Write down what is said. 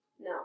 No